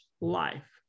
life